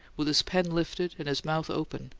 with his pen lifted and his mouth open,